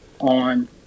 on